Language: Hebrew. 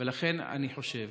לכן, אני חושב